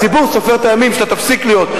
הציבור סופר את הימים שאתה תפסיק להיות.